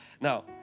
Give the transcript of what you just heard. Now